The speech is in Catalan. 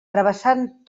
travessant